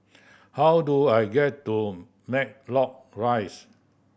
how do I get to Matlock Rise